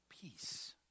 peace